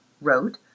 wrote